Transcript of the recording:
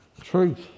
Truth